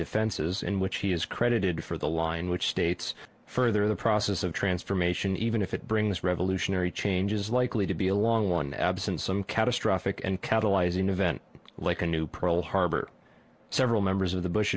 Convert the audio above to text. defenses in which he is credited for the line which states further the process of transformation even if it brings revolutionary changes likely to be a long one absent some catastrophic and catalyzing event like a new pearl harbor several members of the bush